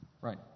Right